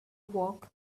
work